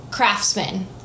Craftsman